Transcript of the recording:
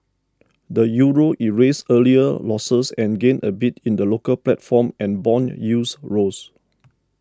the Euro erased earlier losses and gained a bit in the local platform and bond use rose